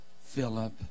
Philip